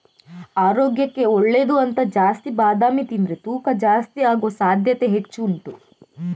ಆರೋಗ್ಯಕ್ಕೆ ಒಳ್ಳೇದು ಅಂತ ಜಾಸ್ತಿ ಬಾದಾಮಿ ತಿಂದ್ರೆ ತೂಕ ಜಾಸ್ತಿ ಆಗುವ ಸಾಧ್ಯತೆ ಹೆಚ್ಚು ಉಂಟು